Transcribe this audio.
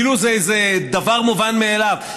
כאילו זה איזה דבר מובן מאליו,